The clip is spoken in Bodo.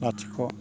लाथिख'